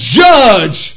judge